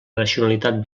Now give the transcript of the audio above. nacionalitat